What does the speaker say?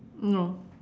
no